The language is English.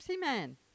man